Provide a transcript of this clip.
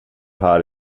här